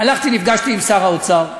הלכתי, נפגשתי עם שר האוצר.